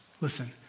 Listen